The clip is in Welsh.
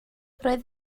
roedd